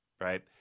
right